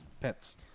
pets